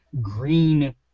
green